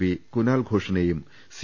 P Kunal ഘോഷിനെയും C